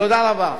תודה רבה.